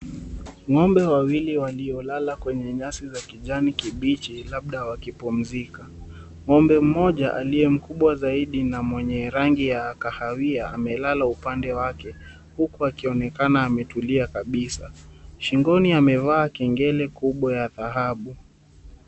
Ng'ombe wawili waliolala kwenye nyasi ya kijani kibichi labda wakipumzika, ng'ombe mmoja aliyemkubwa zaidi aliye na rangi ya kahawia amelala pande wake huku akionekana ametulia kabisa shingoni amevaa kengele kubwa ya dhahabu.